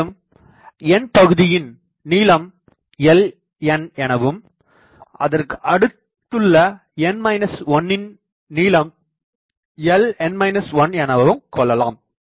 மேலும் n பகுதியின் நீளம் ln எனவும் அதற்கு அடுத்துள்ள n 1னின் நீளம் ln 1 கொள்ளலாம்